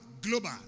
global